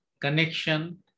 Connection